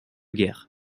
guerre